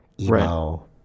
emo